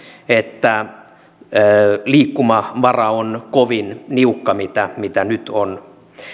että se liikkumavara on kovin niukka mitä mitä nyt on